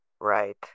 Right